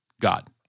God